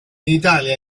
italia